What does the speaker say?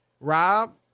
Rob